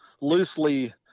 loosely